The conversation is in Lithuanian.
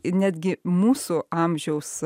netgi mūsų amžiaus